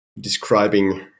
describing